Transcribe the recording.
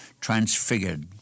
transfigured